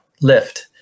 lift